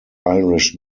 irish